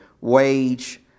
wage